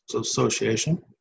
Association